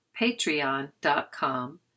patreon.com